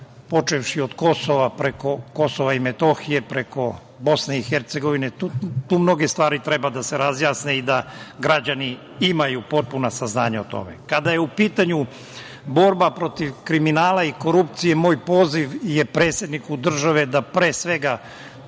počevši od Kosova, preko Kosova i Metohije, preko BiH. Tu mnoge stvari treba da se razjasne i da građani imaju potpuna saznanja o tome. Kada je u pitanju borba protiv kriminala i korupcije, moj poziv je predsedniku države da, pre svega,